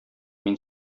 мин